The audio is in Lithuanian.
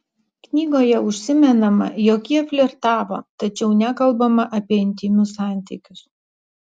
knygoje užsimenama jog jie flirtavo tačiau nekalbama apie intymius santykius